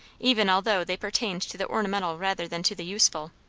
even although they pertained to the ornamental rather than to the useful.